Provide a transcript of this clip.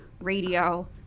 radio